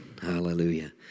Hallelujah